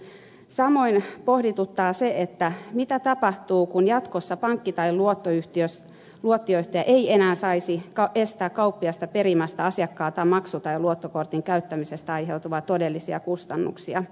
samoin pohdituttaa se mitä tapahtuu kun jatkossa pankki tai luottoyhtiö ei enää saisi estää kauppiasta perimästä asiakkailtaan maksu tai luottokortin käyttämisestä aiheutuvia todellisia kustannuksia